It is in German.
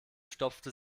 stopfte